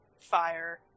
fire